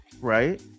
right